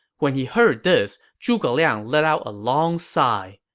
when he heard this, zhuge liang let out a long sigh,